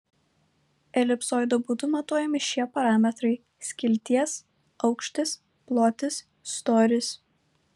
elipsoido būdu matuojami šie parametrai skilties aukštis plotis storis